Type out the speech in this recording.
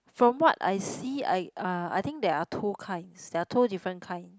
from what I see I uh I think there are two kinds they are two different kind